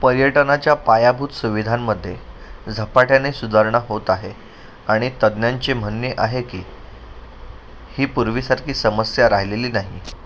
पर्यटनाच्या पायाभूत सुविधांमध्ये झपाट्याने सुधारणा होत आहे आणि तज्ज्ञांचे म्हणणे आहे की ही पूर्वीसारखी समस्या राहिलेली नाही